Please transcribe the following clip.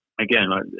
again